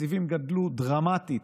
התקציבים גדלו דרמטית,